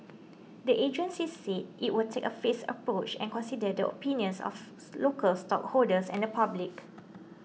the agency said it will take a phased approach and consider the opinions of local stakeholders and the public